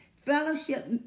Fellowship